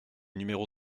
numéro